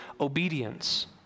obedience